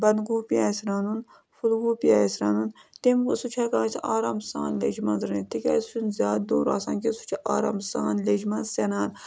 بنٛدگوٗپی آسہِ رَنُن پھُلگوٗپی آسہِ رَنُن تَمہِ سُہ چھُ ہٮ۪کان أسۍ آرام سان لیٚجہِ منٛز رٔنِتھ تِکیٛازِ سُہ چھُنہٕ زیادٕ دوٚر آسان کیٚنٛہہ سُہ چھُ آرام سان لیٚجہِ منٛز سٮ۪نان